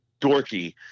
dorky